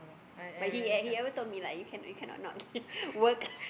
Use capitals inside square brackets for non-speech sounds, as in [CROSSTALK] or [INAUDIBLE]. but he e~ he ever told like you cannot you cannot not work [LAUGHS]